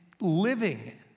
living